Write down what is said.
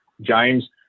James